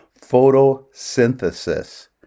Photosynthesis